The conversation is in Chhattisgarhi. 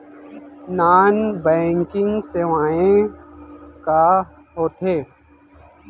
नॉन बैंकिंग सेवाएं का होथे?